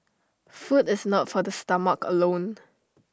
food is not for the stomach alone